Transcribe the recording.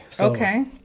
Okay